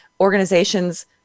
organizations